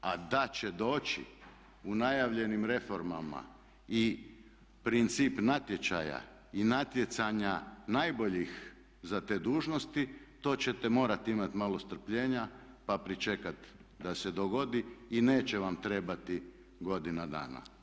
A da će doći u najavljenim reformama i princip natječaja i natjecanja najboljih za te dužnosti to ćete morati imati malo strpljenja pa pričekati da se dogodi i neće vam trebati godina dana.